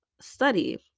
study